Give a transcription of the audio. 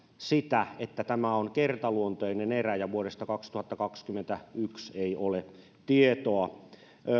sitä että tämä on kertaluontoinen erä ja vuodesta kaksituhattakaksikymmentäyksi ei ole tietoa